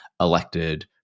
elected